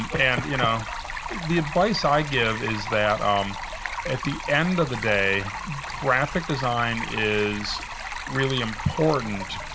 and and you know the advice i give is that, um at the end of the day, graphic design is really important,